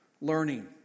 Learning